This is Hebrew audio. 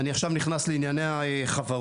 אני עכשיו נכנס לענייני חברות